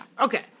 Okay